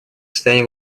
состояние